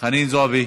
חנין זועבי,